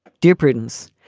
dear prudence,